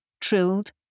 trilled